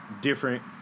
different